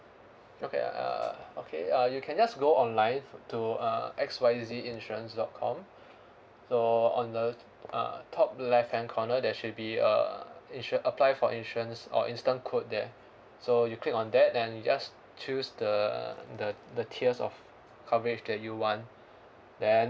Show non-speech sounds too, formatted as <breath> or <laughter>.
okay uh okay uh you can just go online to uh X Y Z insurance dot com <breath> so on the uh top left hand corner there should be uh insu~ apply for insurance or instant quote there so you click on that then just choose the the the tiers of coverage that you want <breath> then